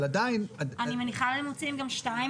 אבל עדיין --- אני מניחה שהם מוציאים גם שניים,